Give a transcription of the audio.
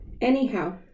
anyhow